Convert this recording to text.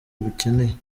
mukeneye